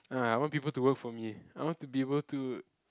ah I want people to work for me I want to be able to